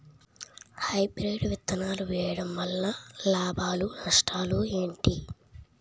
Hybrid విత్తనాలు వేయటం వలన లాభాలు నష్టాలు ఏంటి?